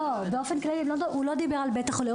לא, הוא לא דיבר בבית החולה.